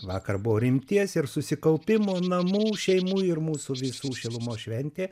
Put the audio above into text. vakar buvo rimties ir susikaupimo namų šeimų ir mūsų visų šilumos šventė